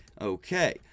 Okay